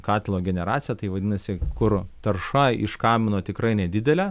katilo generacija tai vadinasi kur tarša iš kamino tikrai nedidelė